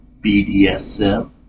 BDSM